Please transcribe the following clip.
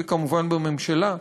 וכמובן בממשלה,